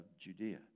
Judea